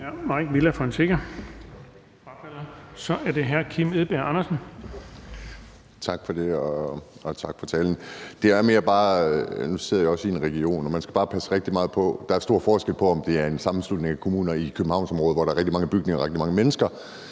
Så er det hr. Kim Edberg Andersen.